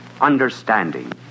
understanding